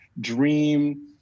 dream